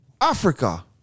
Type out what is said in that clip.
africa